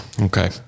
Okay